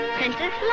Princess